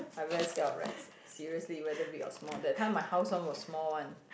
I very scared of rats seriously whether big or small that time my house one was small one